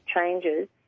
changes